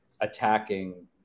attacking